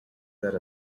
that